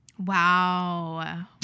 wow